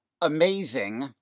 amazing